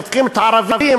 דופקים את הערבים,